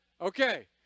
Okay